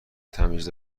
تمیز